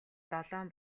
долоон